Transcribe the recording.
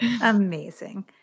Amazing